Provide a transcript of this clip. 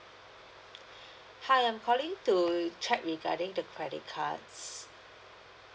hi I'm calling to check regarding the credit cards